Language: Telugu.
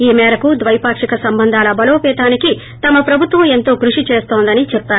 ఈ మేరకు ద్వైవాక్షిక సంబంధాల బలోపేతానికి తమ ప్రభుత్వం ఎంతో కృషి చేస్తొందని చెవ్చారు